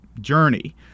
Journey